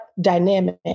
dynamic